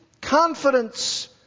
confidence